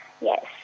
Yes